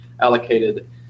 allocated